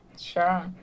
Sure